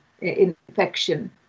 infection